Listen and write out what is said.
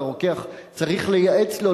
והרוקח צריך לייעץ לו,